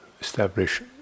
establish